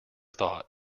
thought